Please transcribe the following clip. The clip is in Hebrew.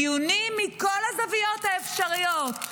דיונים מכל הזוויות האפשריות,